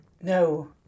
No